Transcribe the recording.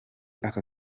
aka